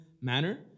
manner